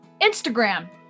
Instagram